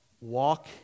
walk